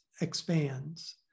expands